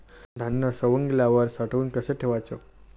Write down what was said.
धान्य सवंगल्यावर साठवून कस ठेवाच?